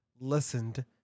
listened